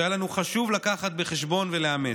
שהיה לנו חשוב לקחת בחשבון ולאמץ.